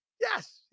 Yes